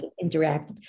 interact